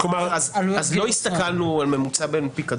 לא הסתכלנו על ממוצע בין פיקדון